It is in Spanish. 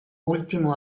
último